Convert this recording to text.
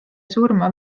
surma